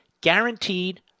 guaranteed